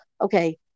okay